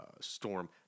Storm